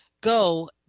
go